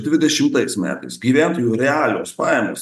dvidešimtais metais gyventojų realios pajamos